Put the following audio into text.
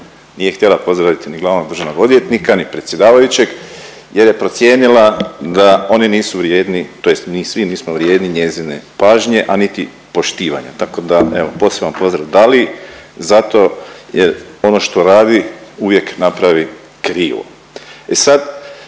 nije htjela pozdraviti ni glavnog državnog odvjetnika, ni predsjedavajućeg jer je procijenila da oni nisu vrijedni tj. mi svi nismo vrijedni njezine pažnje, a niti poštivanja, tako da evo posebno pozdrav Daliji zato jer ono što radi uvijek napravi krivo. E sad